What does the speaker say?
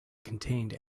contained